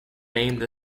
named